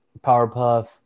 Powerpuff